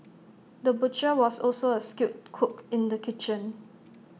the butcher was also A skilled cook in the kitchen